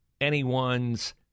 anyone's